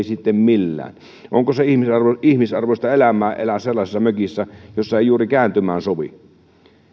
sitten millään onko se ihmisarvoista elämää elää sellaisessa mökissä jossa ei juuri kääntymään sovi